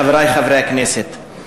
חברי חברי הכנסת,